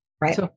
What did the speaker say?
Right